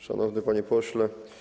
Szanowny Panie Pośle!